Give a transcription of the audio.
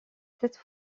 cette